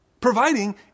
Providing